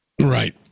Right